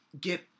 get